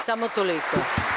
Samo toliko.